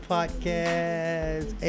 Podcast